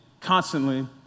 constantly